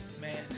man